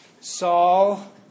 Saul